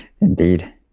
Indeed